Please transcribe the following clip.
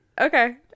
Okay